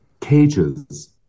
cages